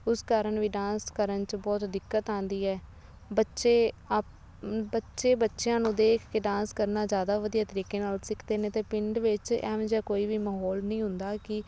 ਉਸ ਕਾਰਨ ਵੀ ਡਾਂਸ ਕਰਨ ਵਿੱਚ ਬਹੁਤ ਦਿੱਕਤ ਆਉਂਦੀ ਹੈ ਬੱਚੇ ਅਪ ਬੱਚੇ ਬੱਚਿਆਂ ਨੂੰ ਦੇਖ ਕੇ ਡਾਂਸ ਕਰਨਾ ਜ਼ਿਆਦਾ ਵਧੀਆ ਤਰੀਕੇ ਨਾਲ ਸਿੱਖਦੇ ਨੇ ਅਤੇ ਪਿੰਡ ਵਿੱਚ ਇਹੋ ਜਿਹਾ ਕੋਈ ਵੀ ਮਾਹੌਲ ਨਹੀਂ ਹੁੰਦਾ ਕਿ